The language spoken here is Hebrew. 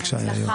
בבקשה.